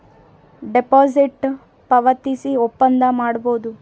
deposit ಪಾವತಿಸಿ ಒಪ್ಪಂದ ಮಾಡಬೋದು